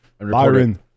Byron